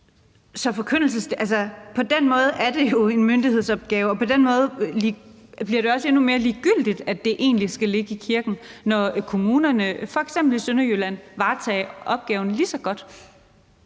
Så på den måde er det jo en myndighedsopgave, og på den måde bliver det egentlig også endnu mere ligegyldigt, at det skal ligge i kirken, når kommunerne, f.eks. i Sønderjylland, kan varetage opgaven lige så godt.